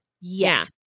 Yes